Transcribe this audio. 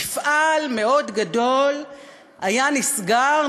מפעל מאוד גדול היה נסגר,